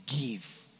give